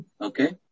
Okay